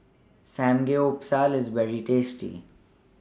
Samgyeopsal IS very tasty